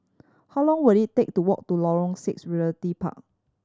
how long will it take to walk to Lorong Six Realty Park